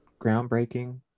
groundbreaking